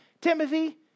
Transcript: Timothy